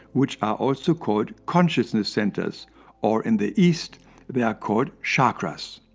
which are also called consciousness centers or in the east they are called chakras.